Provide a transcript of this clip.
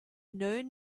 known